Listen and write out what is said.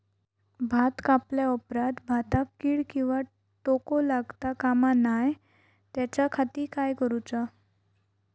भात कापल्या ऑप्रात भाताक कीड किंवा तोको लगता काम नाय त्याच्या खाती काय करुचा?